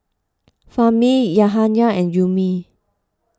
Fahmi Yahaya and Ummi